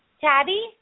Tabby